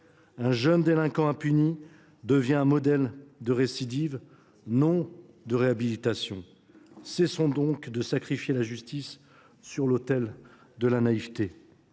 Un jeune délinquant impuni devient un modèle de récidive, non de réhabilitation. Cessons donc de sacrifier la justice sur l’autel de la naïveté